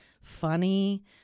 funny